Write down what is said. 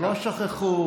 לא שכחו.